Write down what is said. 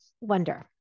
wonder